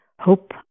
Hope